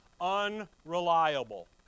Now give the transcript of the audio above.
Unreliable